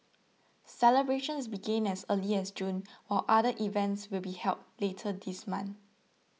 celebrations began as early as June while other events will be held later this month